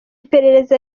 perereza